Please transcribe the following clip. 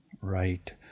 Right